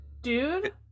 dude